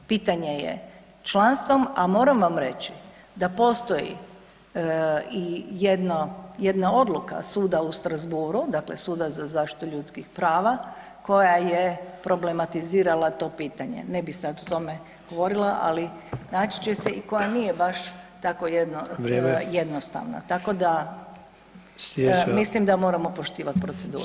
Pitanje je članstvom, a moram vam reći da postoji i jedna odluka suda u Strasbourgu, dakle Suda za zaštitu ljudskih prava koja je problematizirala to pitanje, ne bih sad o tome govorila, ali naći će se i koja nije baš tako jedno [[Upadica: Vrijeme.]] jednostavna, tako da, [[Upadica: Sljedeća…]] mislim da moramo poštivati proceduru.